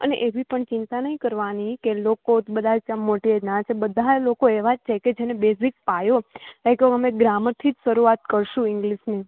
અને એવી પણ ચિંતા નહીં કરવાની કે લોકો બધા ત્યાં મોઢે નાચ બધા લોકો એવા જ છે કે જેને બેઝિક પાયો લાઇક અમે ગ્રામરથીજ શરૂઆત કરશું ઇંગ્લિશની